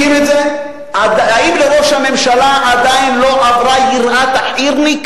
האם לראש הממשלה עדיין לא עברה יראת החי"רניק